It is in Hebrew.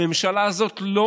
בממשלה הזו לא,